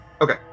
Okay